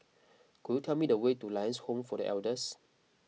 Could you tell me the way to Lions Home for the Elders